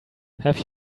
have